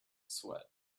sweat